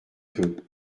peut